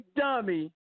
dummy